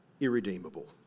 irredeemable